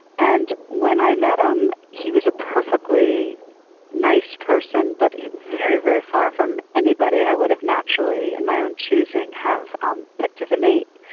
and when i met him, he was a perfectly nice person but very, very far from anybody i would have naturally, in my own choosing, have um picked as a mate.